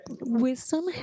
Wisdom